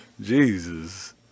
Jesus